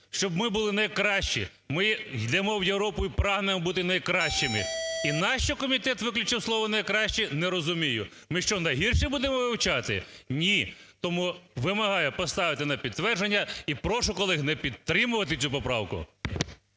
щоб ми були найкращі. Ми йдемо в Європу і прагнемо бути найкращими. І нащо комітет виключив слово "найкращі", не розумію. Ми, що найгірші будемо вивчати? Ні. Тому вимагаю поставити на підтвердження і прошу колег не підтримувати цю поправку.